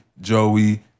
Joey